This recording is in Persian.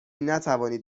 نتوانید